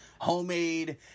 Homemade